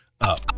up